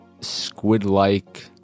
squid-like